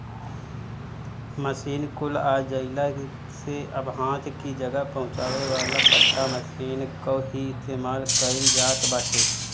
machine कुल आ जइला से अब हाथ कि जगह पहुंचावे वाला पट्टा मशीन कअ ही इस्तेमाल कइल जात बाटे